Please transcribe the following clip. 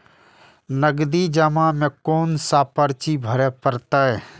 नगदी जमा में कोन सा पर्ची भरे परतें?